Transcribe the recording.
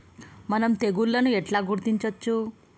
మనం తెగుళ్లను ఎట్లా గుర్తించచ్చు?